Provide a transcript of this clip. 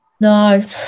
no